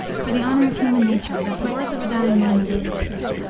for the honor of human nature, that the words of a dying man are those of truth.